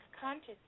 conscious